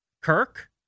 Kirk